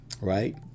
right